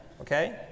okay